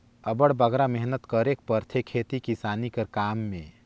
अब्बड़ बगरा मेहनत करेक परथे खेती किसानी कर काम में